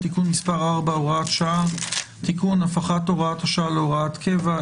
(תיקון מס' 4 והוראת שעה) (תיקון) (הפיכת הוראת השעה להוראת קבע),